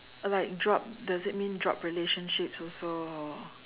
uh like drop does it mean drop relationships also or